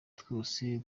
twose